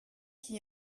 qui